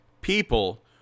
People